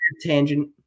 tangent